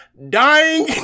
Dying